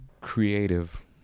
creative